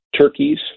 turkeys